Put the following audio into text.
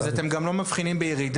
אז אתם גם לא מבחינים בירידה